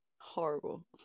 Horrible